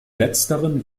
letzteren